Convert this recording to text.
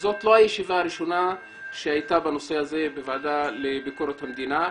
זאת לא הישיבה הראשונה שהייתה נושא הזה בוועדה לביקורת המדינה.